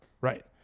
right